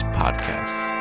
podcasts